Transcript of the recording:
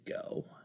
go